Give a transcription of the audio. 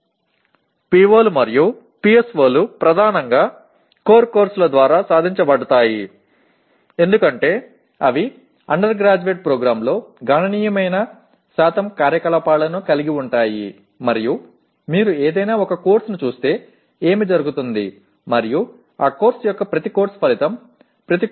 க்கள் மற்றும் PSOக்கள் முக்கியமாக முக்கிய பாடங்கள் மூலமாகவே அடையப்படுகின்றன ஏனெனில் அவை இளங்கலை திட்டத்தில் கணிசமான சதவீத செயல்பாடுகளைக் கொண்டுள்ளன மேலும் நீங்கள் ஏதேனும் ஒரு பாடத்தையும் அதன் ஒவ்வொரு பாடநெறி விளைவுகளையும் பார்த்தால் என்ன ஆகும்